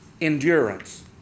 endurance